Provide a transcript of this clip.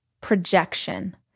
projection